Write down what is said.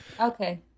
okay